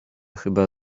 chyba